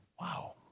Wow